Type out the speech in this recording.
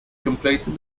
completed